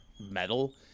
metal